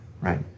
right